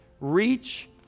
reach